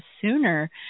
sooner